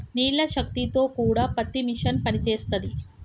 నీళ్ల శక్తి తో కూడా పత్తి మిషన్ పనిచేస్తది